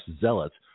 zealots